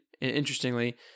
Interestingly